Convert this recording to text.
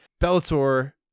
bellator